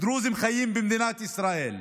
דרוזים חיים במדינת ישראל.